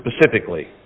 specifically